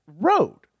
road